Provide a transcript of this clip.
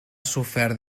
sofert